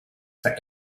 for